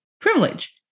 privilege